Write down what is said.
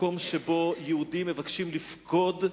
מקום שיהודים מבקשים לפקוד.